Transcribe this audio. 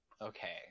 Okay